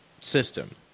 system